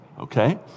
Okay